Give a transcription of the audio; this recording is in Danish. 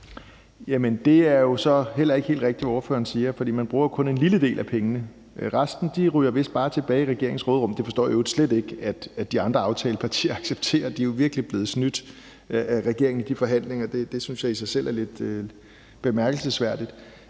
(EL): Det er så heller ikke helt rigtigt, hvad ordføreren siger, for man bruger jo kun en lille del af pengene. Resten ryger vist bare tilbage i regeringens råderum. Det forstår jeg i øvrigt slet ikke at de andre aftalepartier accepterer. De er jo virkelig blevet snydt af regeringen i de forhandlinger. Det synes jeg i sig selv er lidt bemærkelsesværdigt.